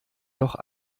noch